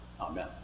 Amen